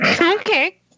Okay